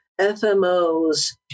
FMOs